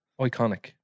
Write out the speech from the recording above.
iconic